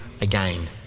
again